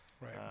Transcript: Right